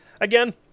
Again